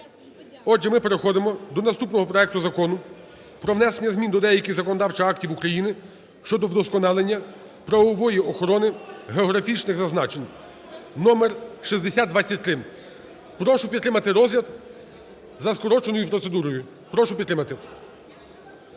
Отже, ми переходимо до наступного проекту Закону про внесення змін до деяких законодавчих актів України щодо вдосконалення правової охорони географічних зазначень (№ 6023). Прошу підтримати розгляд за скороченою процедурою. Прошу підтримати.